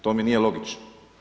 To mi nije logično.